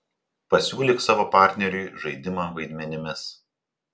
pasiūlyk savo partneriui žaidimą vaidmenimis